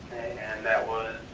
and that was,